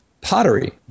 pottery